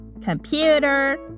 computer